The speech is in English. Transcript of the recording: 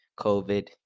COVID